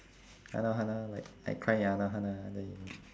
anohana like I cried at anohana then you